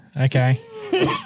Okay